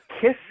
kiss